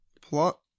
Plot